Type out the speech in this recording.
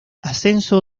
ascenso